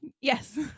yes